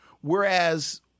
whereas